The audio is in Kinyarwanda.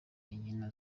inkino